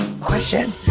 question